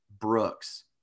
Brooks